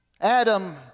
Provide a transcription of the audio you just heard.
Adam